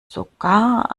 sogar